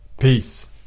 peace